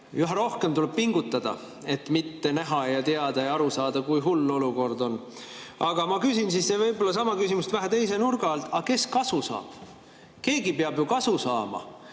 Üha rohkem tuleb pingutada, et mitte näha ja teada ja aru saada, kui hull olukord on. Aga ma küsin võib-olla sama küsimuse vähe teise nurga alt: aga kes kasu saab? Keegi peab kasu saama,